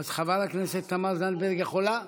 אז חברת הכנסת תמר זנדברג יכולה?